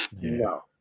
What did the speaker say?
No